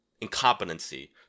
incompetency